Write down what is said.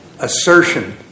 assertion